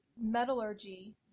metallurgy